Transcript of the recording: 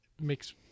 makes